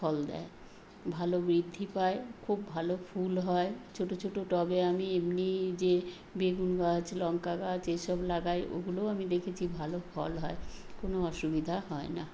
ফল দেয় ভালো বৃদ্ধি পায় খুব ভালো ফুল হয় ছোটো ছোটো টবে আমি এমনিই যে বেগুন গাছ লঙ্কা গাছ এসব লাগায় ওগুলোও আমি দেখেছি ভালো ফল হয় কোনো অসুবিধা হয় না